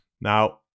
now